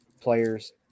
players